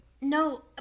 No